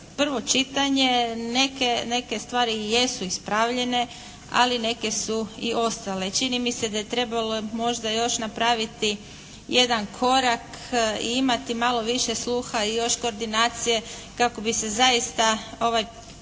prvo čitanje neke stvari jesu ispravljene ali neke su i ostale. Čini mi se da je trebalo možda još napraviti jedan korak i imati malo više sluha i još koordinacije kako bi se zaista ovaj